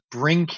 bring